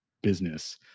business